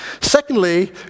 Secondly